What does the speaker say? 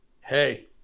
hey